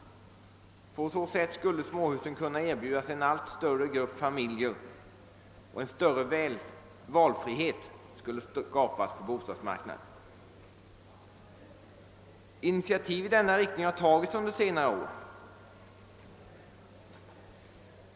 På så sätt skulle småhus kunna erbjudas åt en allt större grupp familjer, och en större valfrihet skulle skapas på bostadsmarknaden. Initiativ i denna riktning har tagits under senare år.